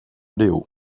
léo